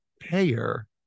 payer